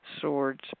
swords